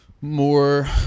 more